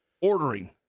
ordering